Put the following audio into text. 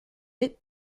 est